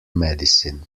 medicine